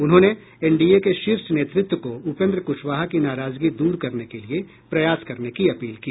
उन्होंने एनडीए के शीर्ष नेतृत्व को उपेन्द्र कुशवाहा की नाराजगी दूर करने के लिये प्रयास करने की अपील की